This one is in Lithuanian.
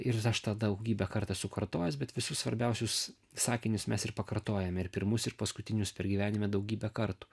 ir aš tą daugybę kartų esu kartojęs bet visus svarbiausius sakinius mes ir pakartojame ir pirmus ir paskutinius per gyvenime daugybę kartų